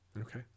Okay